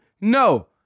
No